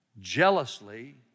jealously